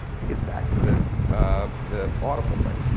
this gets back to the the audible thing.